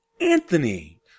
Anthony